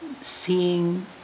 seeing